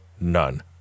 none